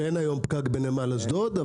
אין פקק בנמל אשדוד.